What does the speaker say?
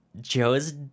Joe's